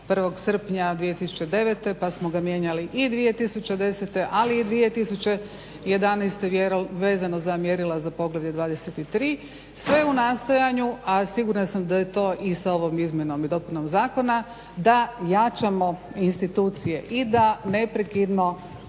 1.srpnja 2009.pa smo ga mijenjali i 2010.ali i 2011.veazno za mjerila za poglavlje 23 sve u nastojanju, a sigurna sam da je to i sa ovom izmjenom i dopunom zakona da jačamo institucije i da neprekidno